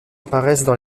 apparaissent